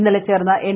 ഇന്നലെ ചേർന്ന എൻ